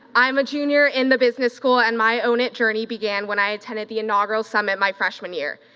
i'm a junior in the business school and my own it journey began when i attended the inaugural summit my freshmen year.